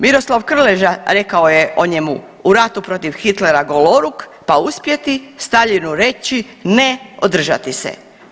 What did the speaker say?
Miroslav Krleža rekao je o njemu u ratu protiv Hitlera goloruk, pa uspjeti Staljinu reći ne održati se.